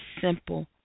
simple